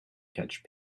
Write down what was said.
catch